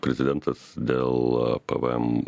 prezidentas dėl pvm